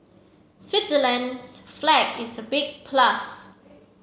Switzerland's flag is a big plus